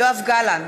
יואב גלנט,